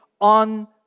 on